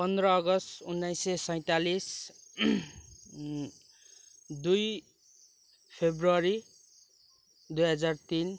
पन्ध्र अगस्ट उन्नाइस सय सैँतालिस दुई फरवरी दुई हजार तिन